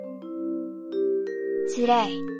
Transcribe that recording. Today